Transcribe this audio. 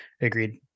agreed